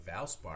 Valspar